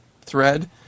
thread